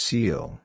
Seal